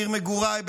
עיר מגוריי,